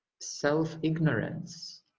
self-ignorance